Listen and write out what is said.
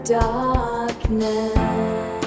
darkness